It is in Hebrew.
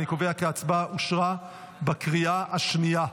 אני קובע כי ההצבעה אושרה בקריאה השנייה.